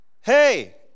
hey